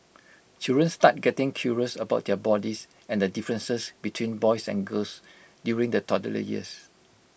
children start getting curious about their bodies and the differences between boys and girls during the toddler years